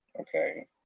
okay